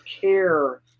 care